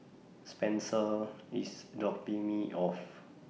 Spencer IS dropping Me off